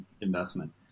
investment